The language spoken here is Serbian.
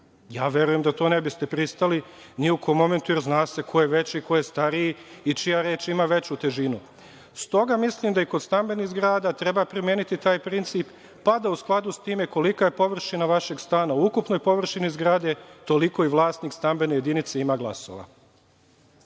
Verujem da to ne biste pristali ni u kom momentu, jer zna se ko je veći, ko je stariji, i čija reč ima veću težinu.S toga mislim da i kod stambenih zgrada treba primeniti taj princip, pa da u skladu sa time kolika je površina vašeg stana, u ukupnoj površini zgrade toliko i vlasnik stambene jedinica ima glasova.